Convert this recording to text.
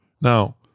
Now